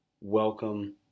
welcome